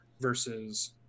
versus